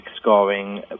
scoring